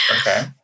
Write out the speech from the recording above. Okay